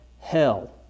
hell